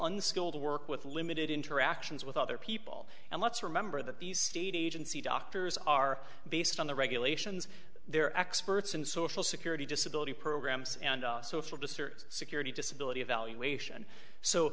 unskilled work with limited interactions with other people and let's remember that these state agency doctors are based on the regulations they're experts in social security disability programs and social disarray security disability evaluation so